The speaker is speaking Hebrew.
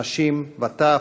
נשים וטף,